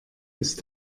ist